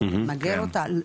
למגר אותה,